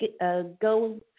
go